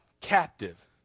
captive